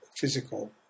physical